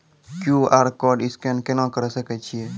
QR code scan केना करै सकय छियै?